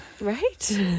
Right